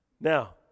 Now